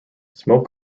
smoke